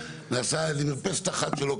בעצם יש כאן שני מסלולים מקבלים שאחד מהם,